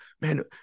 man